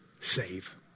save